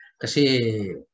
Kasi